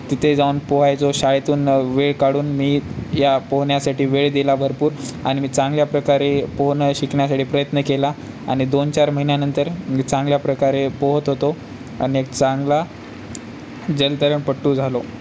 तिथे जाऊन पोहायचो शाळेतून वेळ काढून मी या पोहण्यासाठी वेळ दिला भरपूर आणि मी चांगल्या प्रकारे पोहणं शिकण्यासाठी प्रयत्न केला आणि दोन चार महिन्यानंतर मी चांगल्या प्रकारे पोहत होतो आणि एक चांगला जलतरणपट्टू झालो